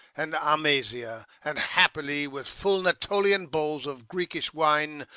and amasia, and happily, with full natolian bowls of greekish wine,